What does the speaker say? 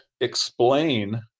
explain